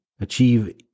achieve